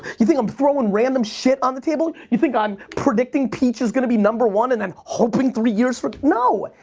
you think i'm throwing random shit on the table? you think i'm predicting peach is gonna be number one and then hoping three years from no.